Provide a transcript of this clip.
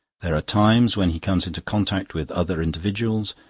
there are times when he comes into contact with other individuals,